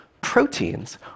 proteins